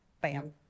Bam